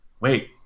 wait